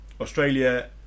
Australia